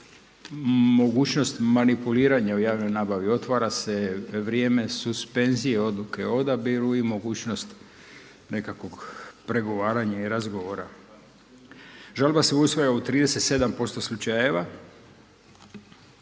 mogućnosti manipuliranja u javnoj nabavi, otvara se vrijeme suspenzije odluke o odabiru i mogućnost nekakvog pregovaranja i razgovora. Žalba se usvaja u 37% slučajeva.